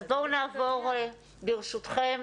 אז בואו נעבור, ברשותכם.